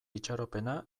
itxaropena